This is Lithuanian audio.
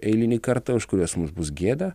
eilinį kartą už kuriuos mums bus gėda